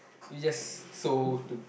we just so to